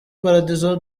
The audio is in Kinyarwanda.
paradizo